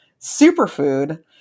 superfood